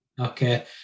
Okay